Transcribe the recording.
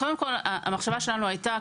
המחשבה שלנו הייתה,